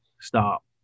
stop